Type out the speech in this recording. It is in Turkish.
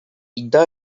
iddia